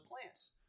plants